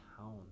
town